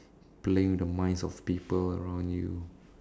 playing with the minds of people around you